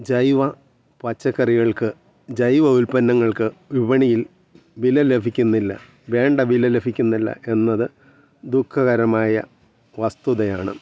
ജൈവ പച്ചക്കറികൾക്ക് ജൈവ ഉൽപ്പന്നങ്ങൾക്ക് വിപണിയിൽ വില ലഭിക്കുന്നില്ല വേണ്ട വില ലഭിക്കുന്നില്ല എന്നത് ദുഖകരമായ വസ്തുതയാണ്